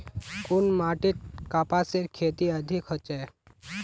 कुन माटित कपासेर खेती अधिक होचे?